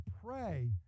pray